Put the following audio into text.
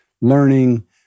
learning